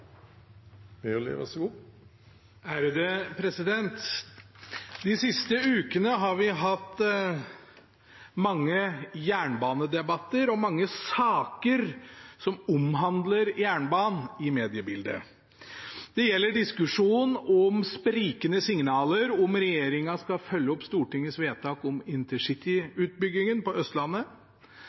De siste ukene har vi hatt mange jernbanedebatter og mange saker som omhandler jernbanen, i mediebildet. Det gjelder diskusjonen om sprikende signaler om regjeringen skal følge opp Stortingets vedtak om InterCity-utbyggingen på Østlandet.